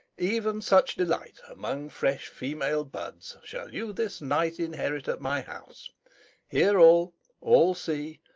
even such delight among fresh female buds shall you this night inherit at my house hear all, all see,